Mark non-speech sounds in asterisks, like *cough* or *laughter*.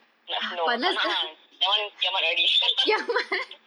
nak snow tak nak ah that one kiamat already *laughs*